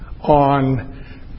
on